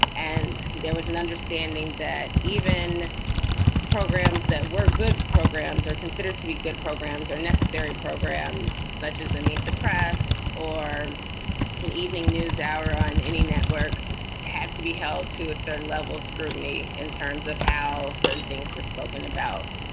and there was an understanding that even programs that were good programs are considered to be good programs are necessary. programs such as and meet the press or an evening news hour on any network had to be held to a certain level of scrutiny in terms of how certain things were spoken about.